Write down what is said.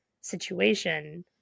situation